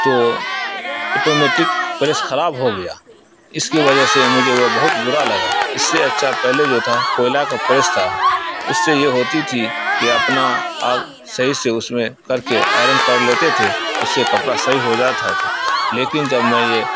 تو automatic press خراب ہو گیا اس کی وجہ سے مجھے وہ بہت برا لگا اس سے اچھا پہلے جو تھا کوئلہ کا پریس تھا اس سے یہ ہوتی تھی کہ اپنا آگ صحیح سے اس میں کر کے آئرن کر لیتے تھے اس سے کپڑا صحیح ہو جاتا تھا لیکن جب میں یہ